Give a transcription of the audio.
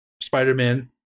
Spider-Man